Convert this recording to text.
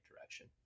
direction